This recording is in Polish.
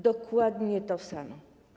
Dokładnie to samo.